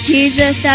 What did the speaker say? Jesus